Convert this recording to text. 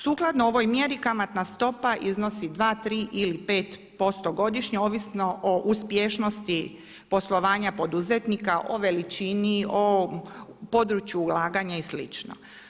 Sukladno ovoj mjeri kamatna stopa iznosi 2, 3 ili 5% godišnje ovisno o uspješnosti poslovanja poduzetnika, o veličini, o području ulaganja i slično.